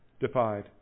defied